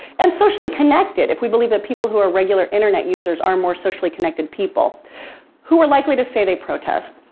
and socially connected, if we believe that people who are regular internet users are more socially connected people who are likely to say they protest.